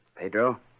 Pedro